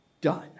done